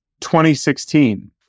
2016